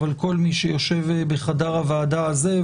אבל כל מי שיושב בחדר הוועדה הזה,